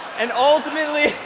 and ultimately,